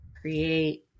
create